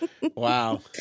Wow